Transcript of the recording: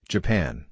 Japan